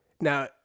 Now